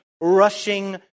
rushing